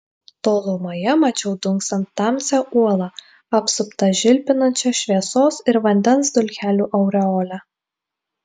tolumoje mačiau dunksant tamsią uolą apsuptą žilpinančia šviesos ir vandens dulkelių aureole